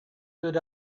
good